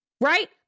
right